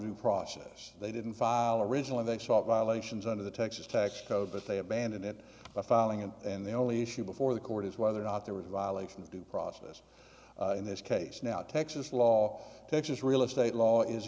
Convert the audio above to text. due process they didn't file originally they saw violations under the texas tax code but they abandoned it by filing it and the only issue before the court is whether or not there was a violation of due process in this case now texas law texas real estate law is